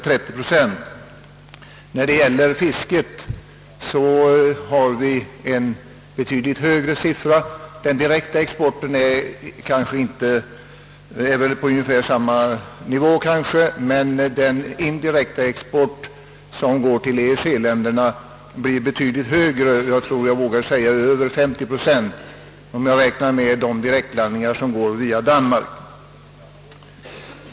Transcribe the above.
För fisket är emellertid siffran betydligt högre. Den direkta exporten står väl på ungefär samma nivå, men den indirekta exporten till EEC-länderna blir betydligt större; jag vågar uppskatta den till över 50 procent, om jag räknar med de direktlandningar som går via Danmark.